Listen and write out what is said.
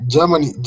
Germany